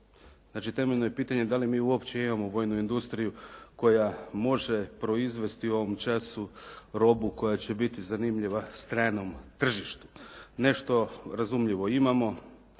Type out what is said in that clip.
Znači temeljno je pitanje da li mi uopće imamo vojnu industriju koja može proizvesti u ovom času robu koja će biti zanimljiva stranom tržištu? Nešto razumljivo. Imamo